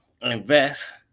invest